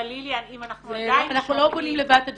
אבל ליליאן אם אנחנו -- אנחנו לא בונים לבד את הדברים,